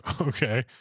Okay